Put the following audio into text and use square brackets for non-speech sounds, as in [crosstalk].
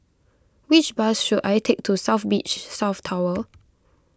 which bus should I take to South Beach [unintelligible] South Tower